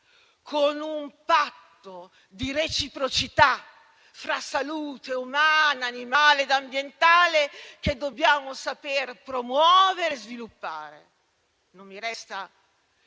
con un patto di reciprocità fra salute umana, animale ed ambientale che dobbiamo saper promuovere e sviluppare. Non mi resta